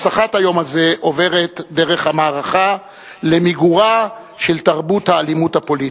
הנצחת היום הזה עוברת דרך המערכה למיגורה של תרבות האלימות הפוליטית.